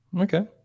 okay